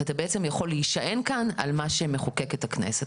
כי אתה בעצם יכול להישען כאן על מה שמחוקקת הכנסת.